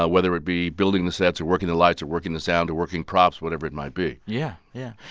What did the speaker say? ah whether it be building the sets or working the lights or working the sound or working props, whatever it might be yeah, yeah.